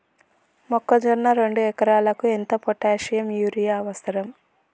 మొక్కజొన్న రెండు ఎకరాలకు ఎంత పొటాషియం యూరియా అవసరం?